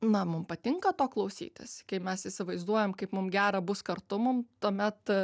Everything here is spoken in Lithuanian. na mum patinka to klausytis kai mes įsivaizduojam kaip mum gera bus kartu mum tuomet